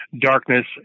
darkness